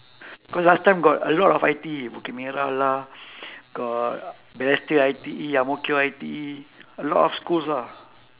cause like time got a lot of I_T_E bukit merah lah got balestier I_T_E ang mo kio I_T_E a lot of schools ah